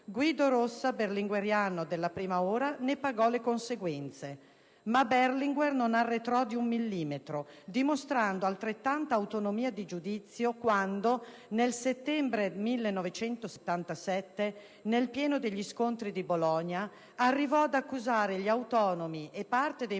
Guido Rossa, berlingueriano della prima ora, ne pagò le conseguenze, ma Berlinguer non arretrò di un millimetro, dimostrando altrettanta autonomia di giudizio quando, nel settembre 1977, nel pieno degli scontri di Bologna, arrivò ad accusare gli autonomi e parte dei